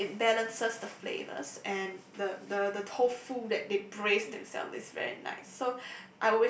it it balances the flavours and the the the tofu that they braise themselves is very nice so